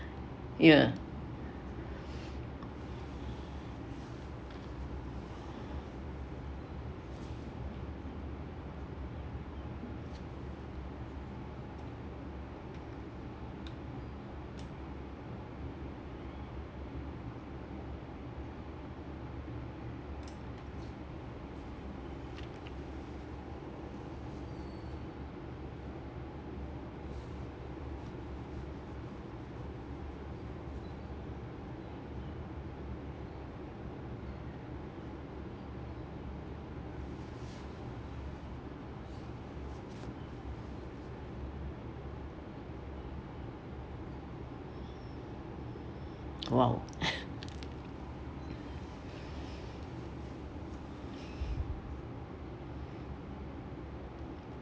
ya !wow!